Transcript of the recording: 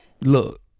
Look